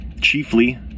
chiefly